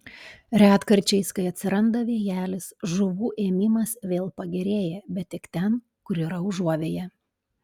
retkarčiais kai atsiranda vėjelis žuvų ėmimas vėl pagerėja bet tik ten kur yra užuovėja